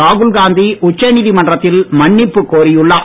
ராகுல் காந்தி உச்சநீதிமன்றத்தில் மன்னிப்பு கோரியுள்ளார்